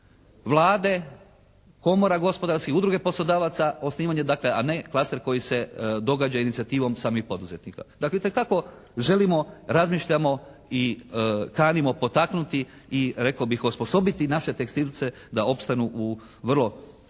Vlade, komora gospodarskih, Udruge poslodavaca, osnivanje dakle a ne klaster koji se događa inicijativom samih poduzetnika. Dakle itekako želimo, razmišljamo i kanimo potaknuti i rekao bih osposobiti naše tekstilce da opstanu u vrlo